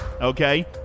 okay